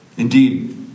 Indeed